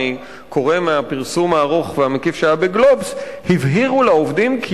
אני קורא מהפרסום הארוך והמקיף שהיה ב"גלובס": הבהירו לעובדים כי